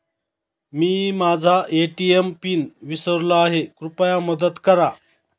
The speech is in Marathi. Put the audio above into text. मी माझा ए.टी.एम पिन विसरलो आहे, कृपया मदत करा